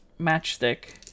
Matchstick